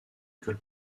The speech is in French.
école